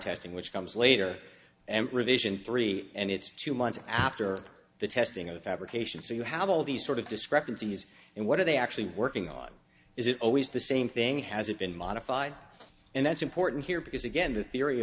testing which comes later and revision three and it's two months after the testing of the fabrication so you have all these sort of discrepancies and what are they actually working on is it always the same thing has it been modified and that's important here because again the theory